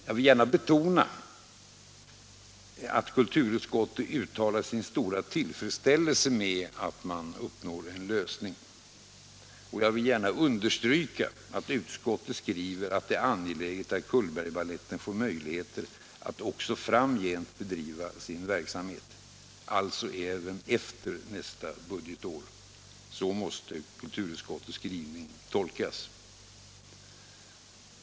Jag vill gärna betona att kulturutskottet uttalar sin stora tillfredsställelse med att man uppnår en lösning, och jag vill gärna understryka att utskottet skriver att det är angeläget att Cullbergbaletten får möjligheter att också framgent bedriva sin verksamhet, alltså även efter nästa år. Så måste kulturutskottets skrivning tolkas.